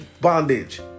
bondage